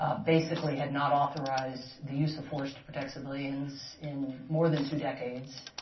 ah basically had not authorized the use of force to protect civilians in more than two decades.